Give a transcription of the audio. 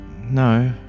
No